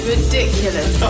Ridiculous